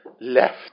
left